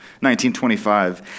1925